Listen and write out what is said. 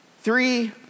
three